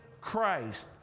Christ